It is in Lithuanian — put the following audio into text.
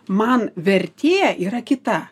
man vertė yra kita